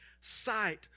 sight